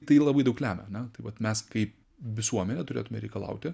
tai labai daug lemia ne tai vat mes kaip visuomenė turėtume reikalauti